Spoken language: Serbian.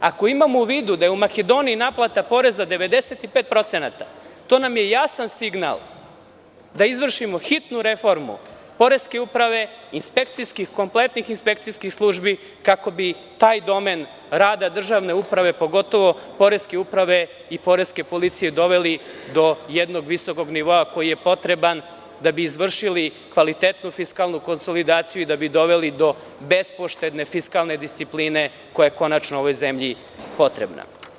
Ako imamo u vidu da je u Makedoniji naplata poreza 95%, to nam je jasan signal da izvršimo hitnu reformu poreske uprave, kompletnih inspekcijskih službi, kako bi taj domen rada državne uprave, pogotovo poreske uprave i poreske policije, doveli do jednog visokog nivoa koji je potreban da bi izvršili kvalitetnu fiskalnu konsolidaciju i da bi doveli do bespoštedne fiskalne discipline koja je konačno u ovoj zemlji potrebna.